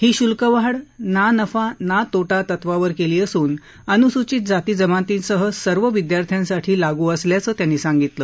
ही शुल्कवाढ ना नफा ना तोटा तत्वावर केली असून अनुसूचित जाती जमातींसह सर्व विद्यार्थ्यांसाठी लागू असल्याचं त्यांनी सांगितलं